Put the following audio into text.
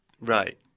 right